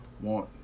want